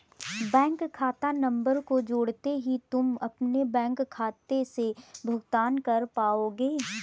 bank खाता number को जोड़ते ही तुम अपने बैंक खाते से भुगतान कर पाओगे